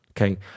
Okay